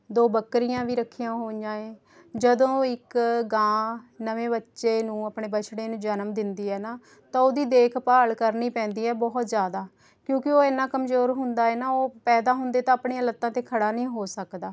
ਦੋ ਬੱਕਰੀਆਂ ਵੀ ਰੱਖੀਆਂ ਹੋਈਆਂ ਏ ਜਦੋਂ ਇੱਕ ਗਾਂ ਨਵੇਂ ਬੱਚੇ ਨੂੰ ਆਪਣੇ ਵਛੜੇ ਨੂੰ ਜਨਮ ਦਿੰਦੀ ਹੈ ਨਾ ਤਾਂ ਉਹਦੀ ਦੇਖਭਾਲ ਕਰਨੀ ਪੈਂਦੀ ਏ ਬਹੁਤ ਜ਼ਿਆਦਾ ਕਿਉਂਕਿ ਉਹ ਇੰਨਾ ਕਮਜ਼ੋਰ ਹੁੰਦਾ ਏ ਨਾ ਉਹ ਪੈਦਾ ਹੁੰਦੇ ਤਾਂ ਆਪਣੀਆਂ ਲੱਤਾਂ 'ਤੇ ਖੜ੍ਹਾ ਨਹੀਂ ਹੋ ਸਕਦਾ